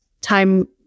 time